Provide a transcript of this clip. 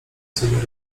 sobie